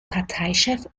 parteichef